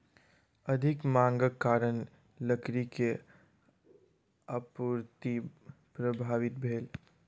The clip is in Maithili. अधिक मांगक कारण लकड़ी के आपूर्ति प्रभावित भेल